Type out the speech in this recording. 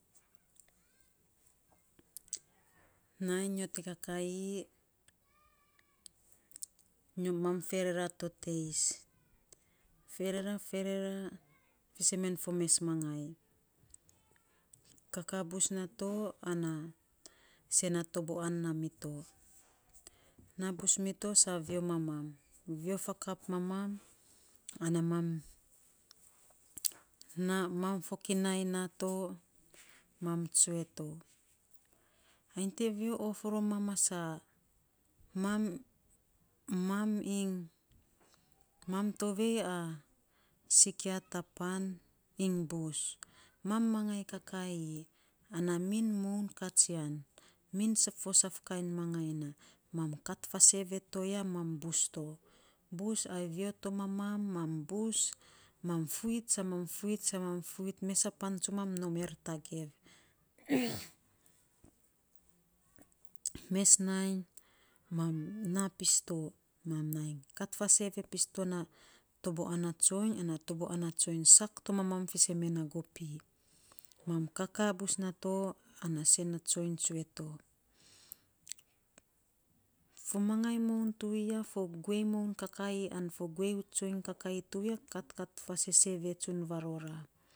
nainy nyo to kakaii mam ferera to teis, ferera, ferera fiisen men of mes mangai, kakaa bus nato an sen na toboan naa mito na bus mito sa vio mamam vio fakap maman ana mam mam fokinai naa to mann tsue to, ain te vio of mamam a saa? Mam, mamam iny mam tovei a sikia tan pan iny bus, mam mangai kakai ana min moun katsian, min sa saf kain mangai na mam kat fa sevee toya mam bus to, bus ai vio te mamam mam bus mam fuit sa mam fuit, fuit fuit mes a pan tsumam nom er tagev mes nainy mam naa pis to, mam nai kat fa sevee pis to na toboan a tsoiny ana taboan a tsoiny sak to mamam fisen men na gopii. Mam kakaa bus nato ana sen na tsoiny tsue to. Fo mangai moun tuwiya fo guei moun kakaii, an fo guei tsoiny kakaii tuwiya kat kat fa seseve tsun varora.